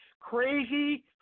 Crazy